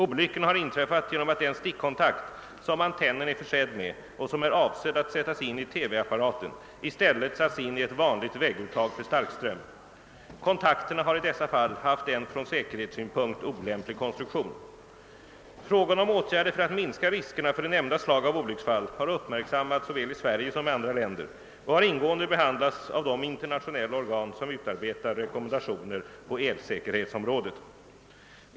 Olyckorna har inträffat genom att den stickkontakt, som antennen är försedd med och som är avsedd att sättas in i TV-apparaten, i stället satts in i ett vanligt vägguttag för starkström. Kontakterna har i des sa fall haft en från säkerhetssynpunkt olämplig konstruktion. Frågan om åtgärder för att minska riskerna för nämnda slag av olycksfall har uppmärksammats såväl i Sverige som i andra länder och har ingående behandlats av de internationella organ som utarbetar rekommendationer på elsäkerhetsområdet.